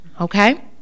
okay